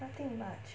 nothing much